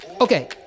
Okay